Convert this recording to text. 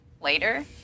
later